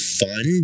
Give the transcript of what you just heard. fun